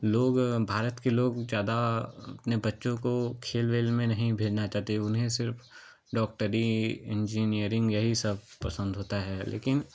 लोग भारत के लोग ज़्यादा अपने बच्चों को खेल वेल में नहीं भेजना चाहते हैं उन्हें सिर्फ डॉक्टरी इंजीनियरिंग यही सब पसंद होता है लेकिन